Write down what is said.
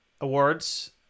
awards